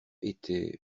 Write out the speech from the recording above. étaient